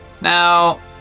Now